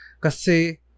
kasi